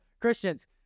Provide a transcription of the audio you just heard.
Christians